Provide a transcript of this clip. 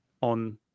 on